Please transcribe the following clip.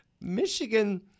Michigan